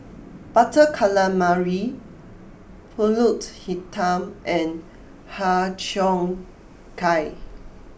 Butter Calamari Pulut Hitam and Har Cheong Gai